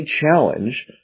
challenge